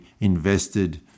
invested